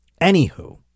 anywho